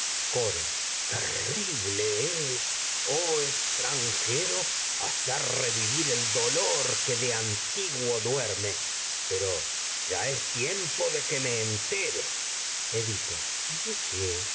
coro terrible que es oh extranjero hacer revivir el dolor de antiguo duerme pero ya es tiempo de que me entere edipo de qué